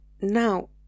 now